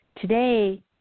Today